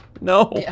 No